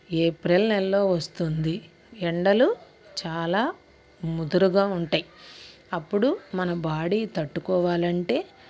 April నెలలో వస్తుంది ఎండలు చాలా ముదురుగా ఉంటాయి అప్పుడు మన బాడీ తట్టుకోవాలంటే